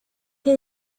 que